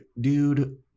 dude